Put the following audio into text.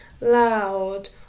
loud